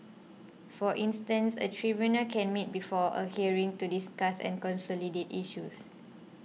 for instance a tribunal can meet before a hearing to discuss and consolidate issues